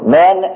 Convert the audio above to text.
men